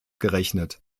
gerechnet